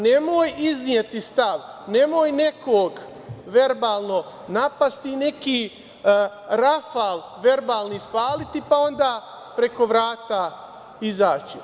Nemoj izneti stav, nemoj nekog verbalno napasti, neki rafal verbalni ispaliti, pa onda preko vrata izaći.